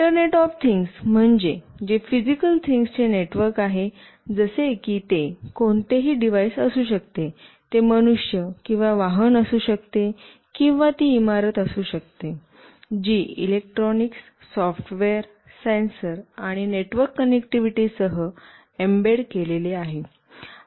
internet of things म्हणजे जे physical things चे नेटवर्क आहे जसे की ते कोणतेही डिवाइस असू शकते ते मनुष्य किंवा वाहन असू शकते किंवा ती इमारत असू शकते जी इलेक्ट्रॉनिक्स सॉफ्टवेअर सेन्सर आणि नेटवर्क कनेक्टिव्हिटीसह एम्बेड केलेले आहे